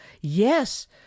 Yes